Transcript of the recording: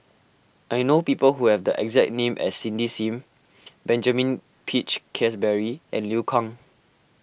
I know people who have the exact name as Cindy Sim Benjamin Peach Keasberry and Liu Kang